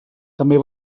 també